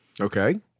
Okay